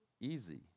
easy